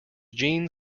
jeanne